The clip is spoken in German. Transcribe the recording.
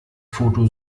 foto